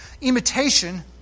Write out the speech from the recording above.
imitation